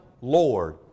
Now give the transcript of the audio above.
Lord